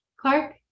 Clark